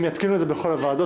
הם יתקינו את זה בכל הוועדות.